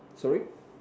sorry